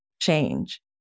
change